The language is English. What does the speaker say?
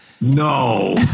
No